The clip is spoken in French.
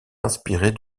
inspirée